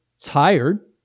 tired